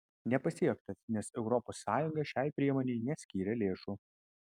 nepasiektas nes europos sąjunga šiai priemonei neskyrė lėšų